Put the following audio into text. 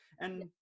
And-